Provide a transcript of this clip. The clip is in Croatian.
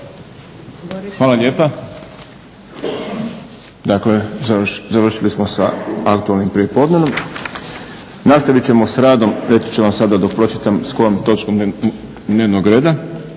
Hvala lijepa. Dakle, završili smo sa aktualnim prijepodnevom. Nastavit ćemo s radom, reći ću vam sada dok pročitam s kojom točkom dnevnog reda,